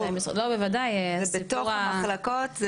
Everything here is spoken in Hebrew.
זה בתוך המחלקות,